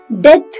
Death